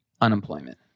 unemployment